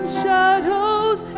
shadows